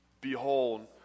Behold